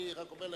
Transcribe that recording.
אני אומר לך,